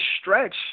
stretch